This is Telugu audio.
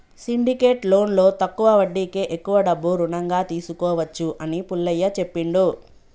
సిండికేట్ లోన్లో తక్కువ వడ్డీకే ఎక్కువ డబ్బు రుణంగా తీసుకోవచ్చు అని పుల్లయ్య చెప్పిండు